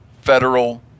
federal